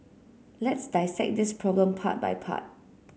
let's dissect this problem part by part